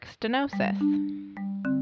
stenosis